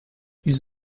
ils